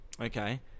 Okay